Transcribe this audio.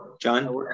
john